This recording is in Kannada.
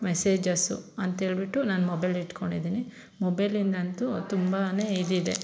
ಮೆಸೇಜಸ್ಸು ಅಂತೇಳಿಬಿಟ್ಟು ನಾನು ಮೊಬೈಲ್ ಇಟ್ಕೊಂಡಿದೀನಿ ಮೊಬೈಲಿಂದಂತೂ ತುಂಬಾ ಇದಿದೆ